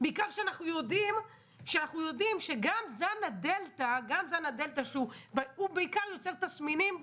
בעיקר שאנחנו יודעים שגם זן הדלתא הוא בעיקר יוצר תסמינים,